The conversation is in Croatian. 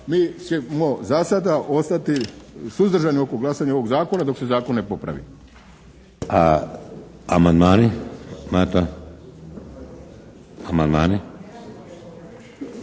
Mi ćemo za sada ostati suzdržani oko glasanja ovog zakona dok se zakon ne popravi.